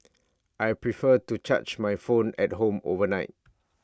I prefer to charge my phone at home overnight